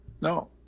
No